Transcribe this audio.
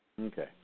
Okay